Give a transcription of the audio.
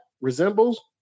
resembles